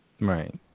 Right